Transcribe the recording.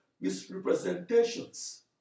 misrepresentations